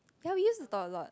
ya we used to talk a lot